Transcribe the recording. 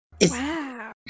Wow